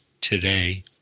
today